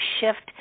shift